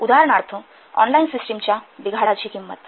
उदाहरणार्थ ऑनलाइन सिस्टमच्या बिघाडची किंमत